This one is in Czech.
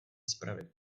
spravit